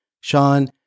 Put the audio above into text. Sean